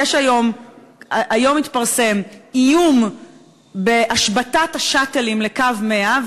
היום התפרסם איום להשבתת ה"שאטלים" לקו 100,